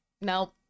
no